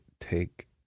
take